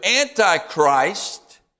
Antichrist